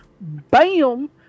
bam